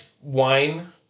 wine